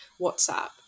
whatsapp